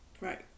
Right